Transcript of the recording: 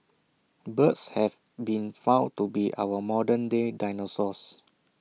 birds have been found to be our modern day dinosaurs